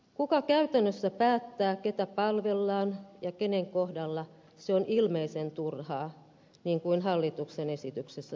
kuka käytännössä päättää ketä palvellaan ja kenen kohdalla se on ilmeisen turhaa niin kuin hallituksen esityksessä sanotaan